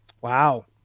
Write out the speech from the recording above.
Wow